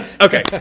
okay